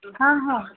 हा हा